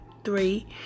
three